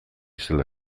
zela